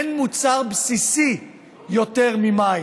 אין מוצר בסיסי יותר ממים,